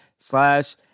Slash